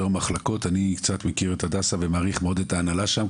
אני קצת מכיר את הדסה ומעריך מאוד את ההנהלה שם,